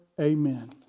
amen